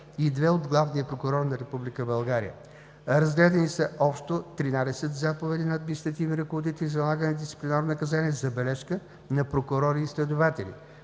и 2 от Главния прокурор на Република България. Разгледани са общо 13 заповеди на административни ръководители за налагане на дисциплинарно наказание „забележка“ на прокурори и следователи.